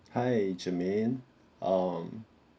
hi jermaine um